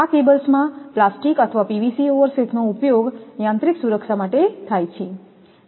આ કેબલ્સમાં પ્લાસ્ટિક અથવા પીવીસી ઓવરશેથનો ઉપયોગ યાંત્રિક સુરક્ષા માટે થાય છે